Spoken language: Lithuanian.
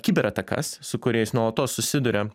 kiberatakas su kuriais nuolatos susiduria